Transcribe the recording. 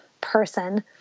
person